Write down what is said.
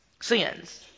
Sins